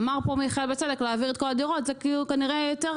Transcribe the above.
אמר בצדק מיכאל שלהעביר את כל הדירות זה יותר קשה.